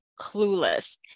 clueless